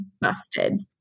busted